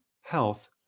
health